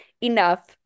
enough